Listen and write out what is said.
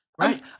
right